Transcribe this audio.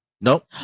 Nope